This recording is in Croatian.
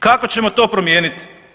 Kako ćemo to promijeniti?